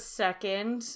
second